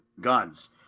guns